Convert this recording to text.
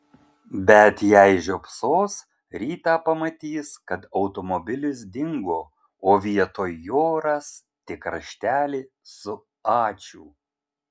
bet jei žiopsos rytą pamatys kad automobilis dingo o vietoj jo ras tik raštelį su ačiū